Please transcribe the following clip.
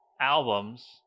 albums